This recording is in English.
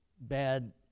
bad